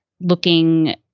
looking